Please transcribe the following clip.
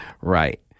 right